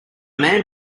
man